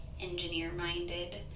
engineer-minded